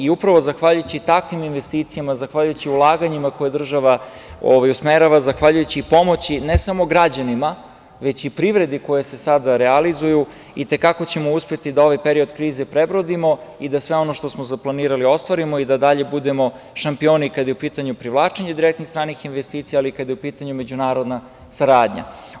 Upravo zahvaljujući takvim investicijama, zahvaljujući ulaganjima koje država usmerava, zahvaljujući pomoći, ne samo građanima, već i privredi koja se sada realizuju, i te kako ćemo uspeti da ovaj period krize prebrodimo i da sve ono što smo planirali ostvarimo i da dalje budemo šampioni kada je u pitanju privlačenje direktnih stranih investicija, ali i kada je u pitanju međunarodna saradnja.